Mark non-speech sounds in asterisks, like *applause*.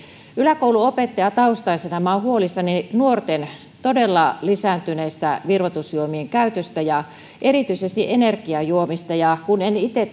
yläkouluopettajataustaisena minä olen huolissani nuorten todella lisääntyneestä virvoitusjuomien käytöstä ja erityisesti energiajuomista kun en itse *unintelligible*